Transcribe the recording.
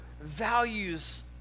values